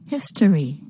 History